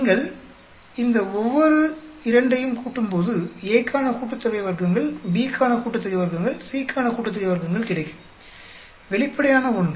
நீங்கள் இந்த ஒவ்வொரு இரண்டையும் கூட்டும்போது A க்கான கூட்டுத்தொகை வர்க்கங்கள் B க்கான கூட்டுத்தொகை வர்க்கங்கள் C க்கான கூட்டுத்தொகை வர்க்கங்கள் கிடைக்கும் வெளிப்படையான ஒன்று